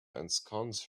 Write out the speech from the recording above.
ensconce